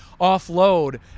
offload